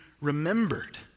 remembered